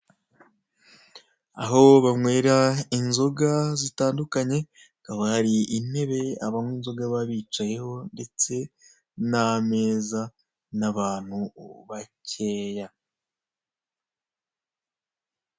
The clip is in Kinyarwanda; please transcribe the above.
Aho banywera inzoga zitandukanye, hakaba hari intebe abanywa inzoga baba bicayeho ndetse n'ameza n'abantu bacyeya.